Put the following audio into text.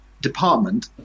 department